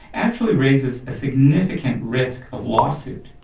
actually raises a significant risk of lawsuit.